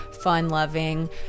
fun-loving